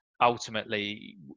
ultimately